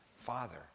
father